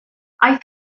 aeth